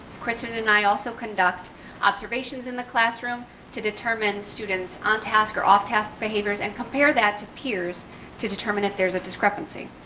kristin and i also conduct observations in the classroom to determine students on task or off task behaviors and compare that to peers to determine if there's a discrepancy.